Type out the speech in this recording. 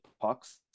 pucks